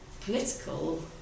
political